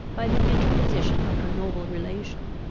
by the interposition of her noble relation.